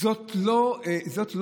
זאת לא הבעיה,